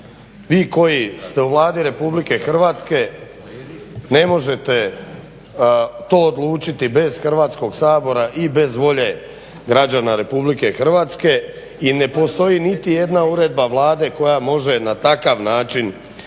vi koji ste u Vladi RH ne možete to odlučiti bez Hrvatskog sabora i bez volje građana RH i ne postoji niti jedna uredba Vlade koja može na takav način